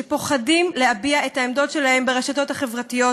שפוחדים להביע את העמדות שלהם ברשתות החברתיות,